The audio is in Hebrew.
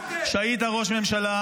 -- ואת המניפולציות הללו,